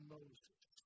Moses